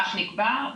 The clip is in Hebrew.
כך נקבע,